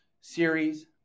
Series